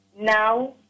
Now